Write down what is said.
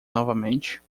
novamente